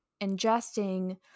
ingesting